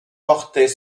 portait